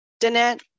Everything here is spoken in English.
Danette